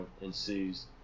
ensues